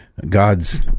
God's